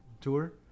tour